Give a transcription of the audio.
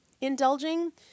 indulging